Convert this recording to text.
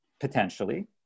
potentially